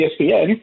ESPN